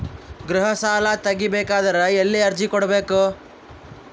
ಗೃಹ ಸಾಲಾ ತಗಿ ಬೇಕಾದರ ಎಲ್ಲಿ ಅರ್ಜಿ ಕೊಡಬೇಕು?